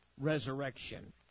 resurrection